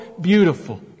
beautiful